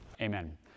Amen